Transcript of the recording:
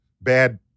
bad